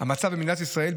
המצב במדינת ישראל,